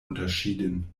unterschieden